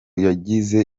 yagize